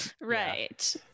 Right